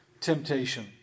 temptation